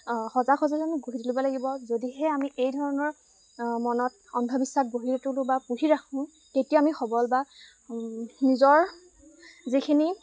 সজাগ সচেতনতা গঢ়ি তুলিব লাগিব যদিহে আমি এই ধৰণৰ মনত অন্ধবিশ্বাস গঢ়ি তোলোঁ বা পুহি ৰাখোঁ তেতিয়া আমি সবল বা নিজৰ যিখিনি